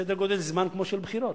סדר גודל זמן כמו של בחירות.